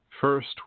first